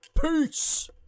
Peace